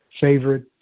favorite